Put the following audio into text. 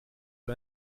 für